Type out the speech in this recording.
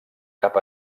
cap